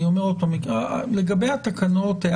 לגבי התקנות,